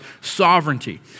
sovereignty